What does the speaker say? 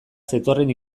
zetorren